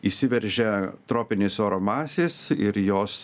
įsiveržia tropinės oro masės ir jos